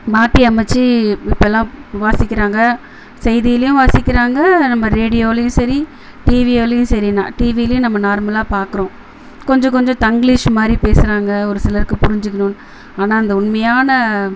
மாற்றி அமைத்து இ இப்போல்லாம் வாசிக்கிறாங்கள் செய்தியிலேயும் வாசிக்கிறாங்கள் நம்ம ரேடியோவிலயும் சரி டிவிலையும் சரி நான் டிவிலையும் நம்ம நார்மலாக பார்க்குறோம் கொஞ்ச கொஞ்சம் தங்கிலீஷ் மாதிரி பேசுகிறாங்க ஒரு சிலருக்கு புரிஞ்சிக்கணுன்னு ஆனால் அந்த உண்மையான